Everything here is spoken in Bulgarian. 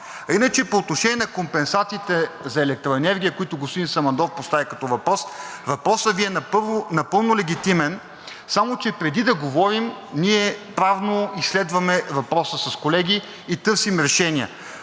иначе по отношение на компенсациите за електроенергия, които господин Самандòв постави като въпрос, въпросът Ви е напълно легитимен, само че, преди да говорим, ние правно изследваме въпроса с колеги и търсим решения,